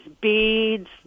beads